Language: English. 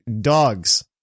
dogs